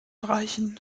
reichen